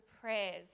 prayers